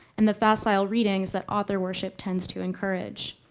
and the facile readings that author worship tends to encourage.